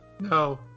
No